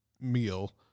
meal